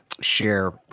share